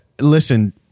Listen